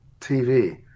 TV